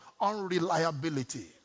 unreliability